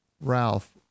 Ralph